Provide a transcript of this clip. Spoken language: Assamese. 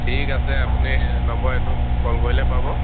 ঠিক আছে আপুনি নম্বৰ এইটোত কল কৰিলে পাব